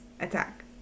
attack